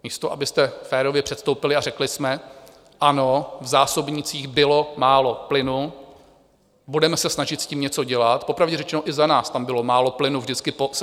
Místo abyste férově předstoupili a řekli ano, v zásobnících bylo málo plynu, budeme se snažit s tím něco dělat popravdě řečeno i za nás tam bylo málo plynu vždycky po sezóně.